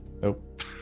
Nope